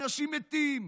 אנשים מתים,